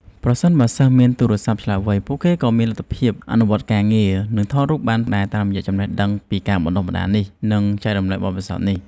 ប្រសិនបើសិស្សមានទូរសព្ទឆ្លាតវៃ ពួកគេក៏មានលទ្ធភាពអនុវត្តការងារ និងថតរូបបានដែរតាមរយៈចំណេះដឹងពីការបណ្តុះបណ្តាលនេះ និងចែករំលែកបទពិសោធន៍នេះ។